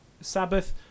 sabbath